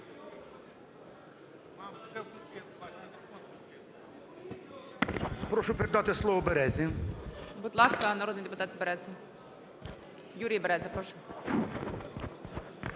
Прошу передати слово Березі. ГОЛОВУЮЧИЙ. Будь ласка, народний депутат Береза. Юрій Береза, прошу.